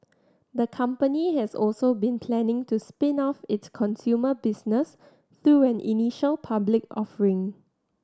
the company has also been planning to spin off its consumer business through an initial public offering